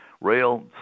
rail